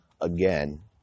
again